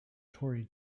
tory